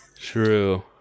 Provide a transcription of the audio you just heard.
True